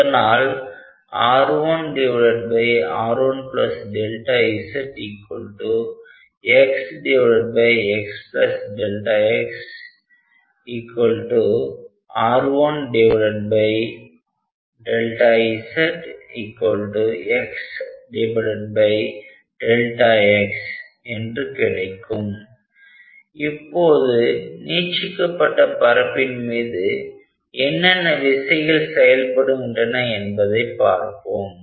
அதனால் R1R1ΔZ xxΔxR1ΔZ xΔx இப்போது நீட்சிக்கப்பட்ட பரப்பின் மீது என்னென்ன விசைகள் செயல்படுகின்றன என்பதை பார்ப்போம்